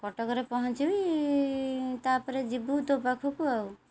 କଟକରେ ପହଞ୍ଚିବି ତା'ପରେ ଯିବୁ ତୋ ପାଖକୁ ଆଉ